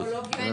מוגבלות.